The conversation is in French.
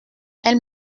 elle